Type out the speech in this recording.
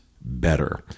better